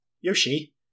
Yoshi